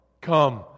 Come